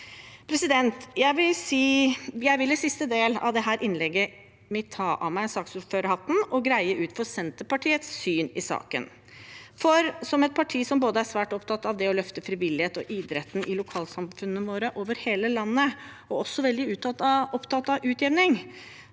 enkelte. Jeg vil i siste del av dette innlegget ta av meg saksordførerhatten og greie ut om Senterpartiets syn i saken. Senterpartiet er et parti som ikke bare er svært opptatt av å løfte frivilligheten og idretten i lokalsamfunnene våre over hele landet, men også veldig opptatt av utjevning.